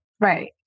right